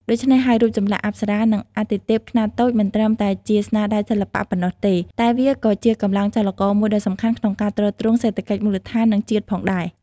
ដូច្នេះហើយ រូបចម្លាក់អប្សរា និងអាទិទេពខ្នាតតូចមិនត្រឹមតែជាស្នាដៃសិល្បៈប៉ុណ្ណោះទេ តែវាក៏ជាកម្លាំងចលករមួយដ៏សំខាន់ក្នុងការទ្រទ្រង់សេដ្ឋកិច្ចមូលដ្ឋាន និងជាតិផងដែរ។